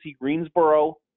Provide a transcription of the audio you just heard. greensboro